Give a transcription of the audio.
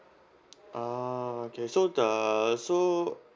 ah okay so the so